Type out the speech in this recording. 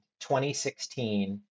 2016